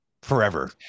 Forever